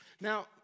Now